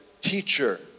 teacher